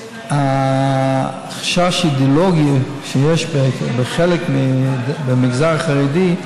החשש האידיאולוגי שיש במגזר החרדי,